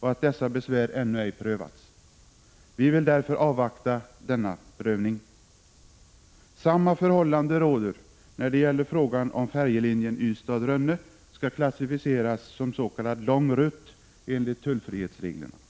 och att dessa besvär ännu ej prövats. Vi vill därför avvakta denna prövning. Samma förhållande råder när det gäller frågan om huruvida färjelinjen Ystad-Rönne skall klassificeras som s.k. lång rutt enligt tullfrihetsreglerna.